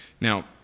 Now